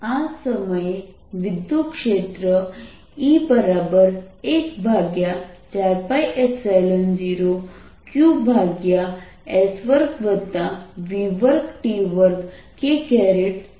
હવે આ સમયે વિદ્યુતક્ષેત્ર E 14π0 q ks2v2t2 થશે